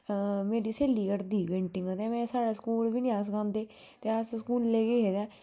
मेरी स्हेली करदी पेटिंग तें में साढ़ै स्कूल बी निं हे सखांदे ते अस स्कूलें गे